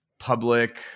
public